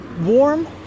warm